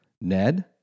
Ned